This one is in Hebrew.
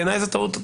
בעיניי זו טעות,